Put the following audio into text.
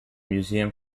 museum